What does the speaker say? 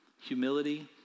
humility